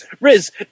Riz